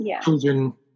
children